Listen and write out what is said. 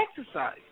exercise